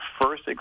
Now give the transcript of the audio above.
first